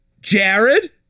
Jared